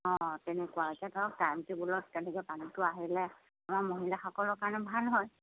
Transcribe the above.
অঁ তেনেকুৱা এতিয়া ধৰক টাইম টেবুলত তেনেকৈ পানীটো আহিলে আমাৰ মহিলাসকলৰ কাৰণে ভাল হয়